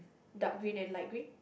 dark green and light green